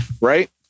Right